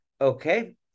okay